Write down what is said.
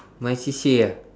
my C_C_A ah